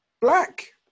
Black